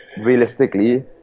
realistically